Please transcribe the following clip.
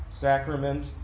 sacrament